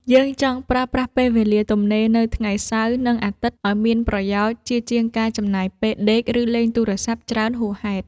យើងចង់ប្រើប្រាស់ពេលវេលាទំនេរនៅថ្ងៃសៅរ៍ និងអាទិត្យឱ្យមានប្រយោជន៍ជាជាងការចំណាយពេលដេក ឬលេងទូរស័ព្ទច្រើនហួសហេតុ។